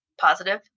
positive